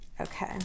Okay